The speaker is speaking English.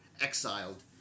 exiled